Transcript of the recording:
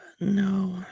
No